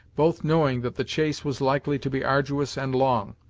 both knowing that the chase was likely to be arduous and long.